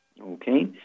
Okay